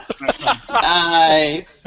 nice